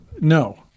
No